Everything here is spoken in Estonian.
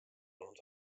olnud